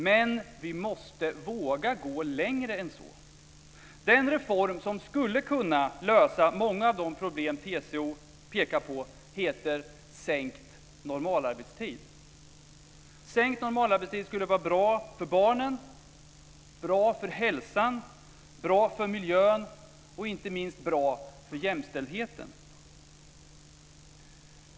Men vi måste våga gå längre än så. Den reform som skulle kunna lösa många av de problem som TCO pekar på heter sänkt normalarbetstid. Sänkt normalarbetstid skulle vara bra för barnen, hälsan, miljön och inte minst för jämställdheten.